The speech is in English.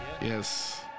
Yes